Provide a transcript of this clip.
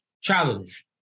challenge